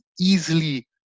easily